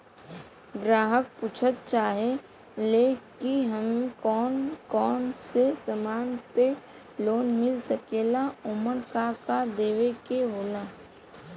ग्राहक पुछत चाहे ले की हमे कौन कोन से समान पे लोन मील सकेला ओमन का का देवे के होला?